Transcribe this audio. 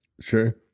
Sure